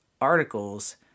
articles